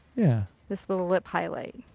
yeah this little lip highlight.